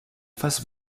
face